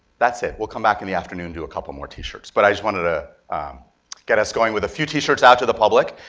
that's it. we'll come back in the afternoon to do a couple more t-shirts, but i just wanted to get us going with a few t-shirts out to the public.